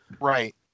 Right